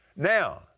Now